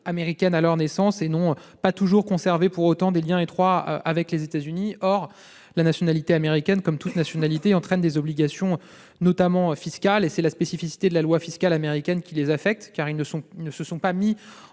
américaine à leur naissance, sans pour autant avoir conservé de liens étroits avec les États-Unis. Or la nationalité américaine, comme toute nationalité, entraîne des obligations, notamment fiscales. C'est la spécificité de la loi fiscale américaine qui les affecte, car ils ne se sont pas mis en